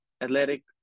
Athletic